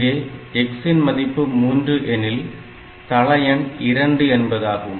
இங்கே x இன் மதிப்பு 3 எனில் தள எண் 2 என்பதாகும்